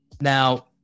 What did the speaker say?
Now